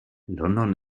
london